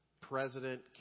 president